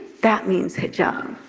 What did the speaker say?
that means hijab.